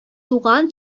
туган